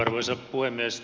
arvoisa puhemies